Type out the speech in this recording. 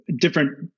Different